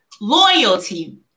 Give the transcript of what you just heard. loyalty